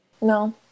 No